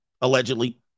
allegedly